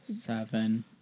Seven